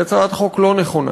היא הצעת חוק לא נכונה.